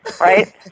Right